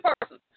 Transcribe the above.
person